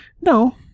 No